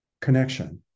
connection